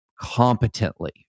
competently